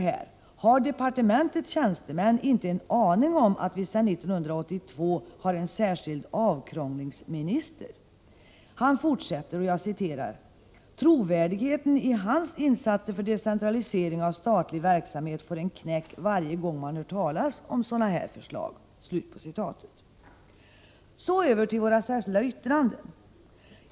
”Har departementets tjänstemän inte en aning om att vi sedan 1982 har en särskild avkrånglingsminister?” undrar han, och han fortsätter: ”Trovärdigheten i hans insatser för decentralisering av statlig verksamhet får en knäck varje gång man hör talas om sådana här förslag.” Så över till våra särskilda yttranden.